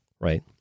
right